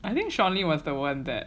I think shawn lee was the one that